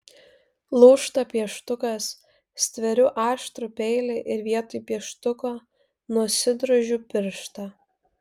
lūžta pieštukas stveriu aštrų peilį ir vietoj pieštuko nusidrožiu pirštą